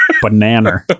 banana